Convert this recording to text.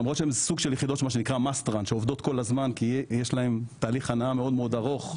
למרות שהן יחידות מסוג שנקרא must run כי יש להן תהליך הנעה מאוד ארוך,